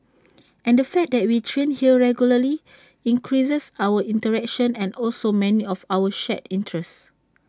and the fact that we train here regularly increases our interaction and also many of our shared interests